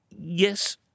yes